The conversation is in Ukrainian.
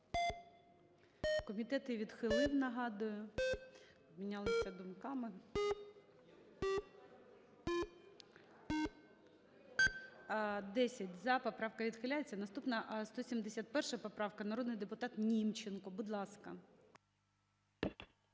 Комітет її відхилив, нагадую. Обмінялися думками. 12:51:52 За-10 Поправка відхиляється. Наступна 171 поправка. Народний депутат Німченко, будь ласка.